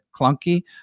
clunky